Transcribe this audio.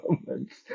moments